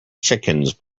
chickens